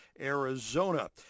Arizona